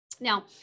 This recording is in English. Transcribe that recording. now